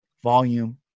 volume